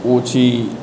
ઓછી